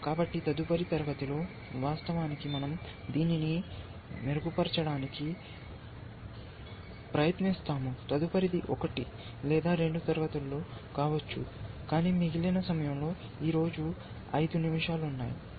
కాబట్టి తదుపరి తరగతిలో వాస్తవానికి మనం దీనిని మెరుగుపరచడానికి ప్రయత్నిస్తాము తదుపరిది ఒకటి లేదా రెండు తరగతులు కావచ్చు కానీ మిగిలిన సమయంలో ఈ రోజు ఐదు నిమిషాలు ఉన్నాయి